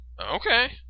Okay